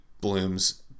Blooms